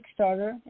Kickstarter